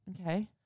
Okay